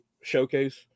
showcase